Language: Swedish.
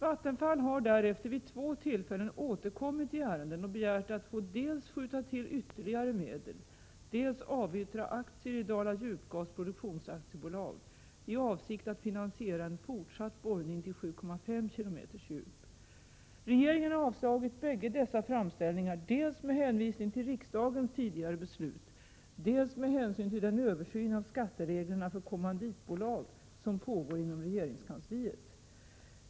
Vattenfall har därefter vid två tillfällen återkommit i ärendet och begärt att få dels skjuta till ytterligare medel, dels avyttra aktier i Dala Djupgas Produktions AB, i avsikt att finansiera en fortsatt borrning till 7,5 km djup. Regeringen har avslagit bägge dessa framställningar, dels med hänvisning till riksdagens tidigare beslut, dels med hänsyn till den översyn av skattereglerna för kommanditbolag som pågår inom regeringskansliet.